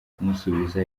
kumusubiza